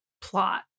plot